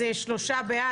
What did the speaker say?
שלושה בעד.